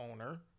owner